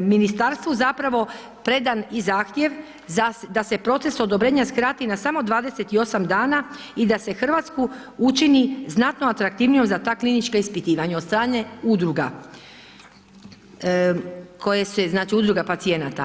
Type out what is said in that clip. ministarstvu zapravo predan i zahtjev za, da se proces odobrenja skrati na samo 28 dana i da se Hrvatsku učini znatno atraktivnijom za ta klinička ispitivanja od strane udruga, koje se, znači udruga pacijenata.